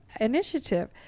initiative